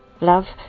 Love